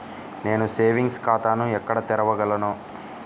నేను సేవింగ్స్ ఖాతాను ఎక్కడ తెరవగలను?